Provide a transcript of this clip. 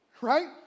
right